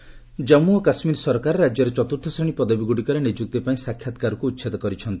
JK no interview Jammu ଓ କାଶ୍ମୀର ସରକାର ରାଜ୍ୟରେ ଚତ୍ର୍ଥ ଶ୍ରେଣୀ ପଦବୀଗୁଡ଼ିକରେ ନିଯୁକ୍ତି ପାଇଁ ସାକ୍ଷାତକାରକୁ ଉଚ୍ଛେଦ କରିଛନ୍ତି